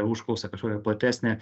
užklausą kažkokią platesnę